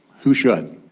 who should?